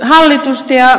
hallitusta ja